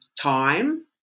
time